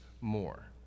more